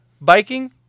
Biking